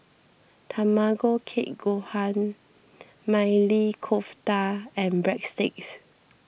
Tamago Kake Gohan Maili Kofta and Breadsticks